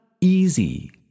easy